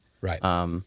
Right